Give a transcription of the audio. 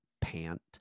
pant